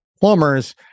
plumbers